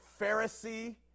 Pharisee